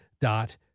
dot